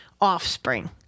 offspring